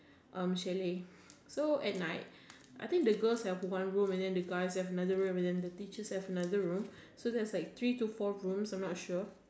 chalet so at night I think the girls have one room and then the guys have another room and then the teachers have another room so like three to four room I am not sure